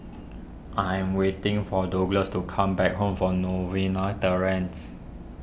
I am waiting for Douglas to come back home from Novena Terrace